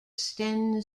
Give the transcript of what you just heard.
sten